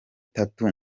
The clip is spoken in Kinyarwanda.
tattoo